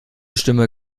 stimme